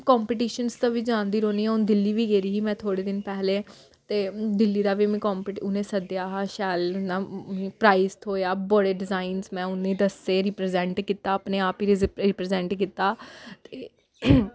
competitions दा बी जानदी रौह्न्नी आं अ'ऊं दिल्ली बी गेदी ही में थोह्ड़े दिन पैह्लें ते दिल्ली दा बी में कांपी उ'नें सद्देआ हा शैल प्राइज थ्होएआ बड़े डिजाइनस में उ'नेंगी दस्से रिप्रजैंट कीता अपने आप गी रीप्रजैंट कीता ते